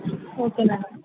okay madam